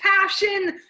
passion